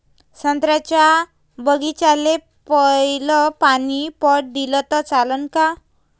संत्र्याच्या बागीचाले पयलं पानी पट दिलं त चालन का?